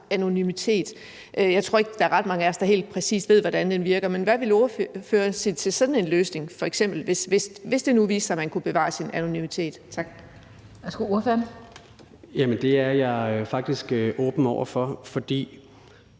anonymitet. Jeg tror ikke, der er ret mange af os, der helt præcis ved, hvordan den virker, men hvad ville ordføreren sige til f.eks. sådan en løsning, hvis det nu viste sig, at man kunne bevare sin anonymitet? Tak. Kl. 16:30 Den fg. formand